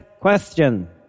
question